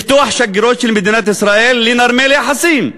לפתוח שגרירויות של מדינת ישראל, לנרמל יחסים,